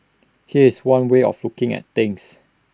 here's one way of looking at things